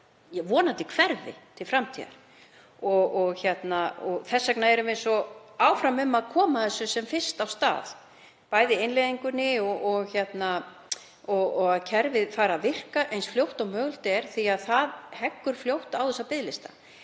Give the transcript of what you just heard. hverfi til framtíðar og þess vegna erum við svo áfram um að koma þessu sem fyrst af stað, bæði innleiðingunni og því að kerfið fari að virka eins fljótt og mögulegt er því að það heggur fljótt á þessa biðlista.